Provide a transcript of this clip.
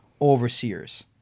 overseers